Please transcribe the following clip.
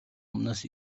амнаас